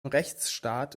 rechtsstaat